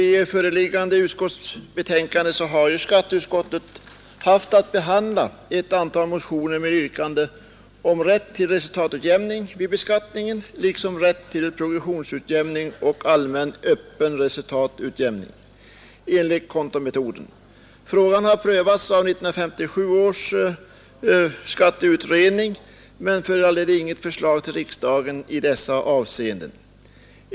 I det föreliggande betänkandet har skatteutskottet haft att behandla ett antal motioner med yrkanden om rätt till resultatutjämning vid beskattningen liksom om rätt till progressionsutjämning och allmän öppen resultatutjämning enligt kontometoden. Frågan prövades av 1957 års skatteutredning men föranledde inget förslag till riksdagen i dessa avseenden.